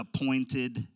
appointed